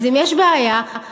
אז אם יש בעיה אנחנו,